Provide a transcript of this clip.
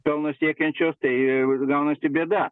pelno siekiančios tai gaunasi bėda